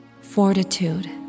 fortitude